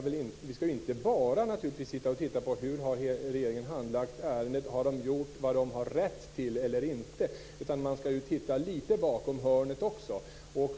Vi skall inte bara sitta och titta på hur regeringen har handlagt ärendet, om den har gjort vad den har rätt till eller inte, utan vi skall försöka se bakom hörnet också.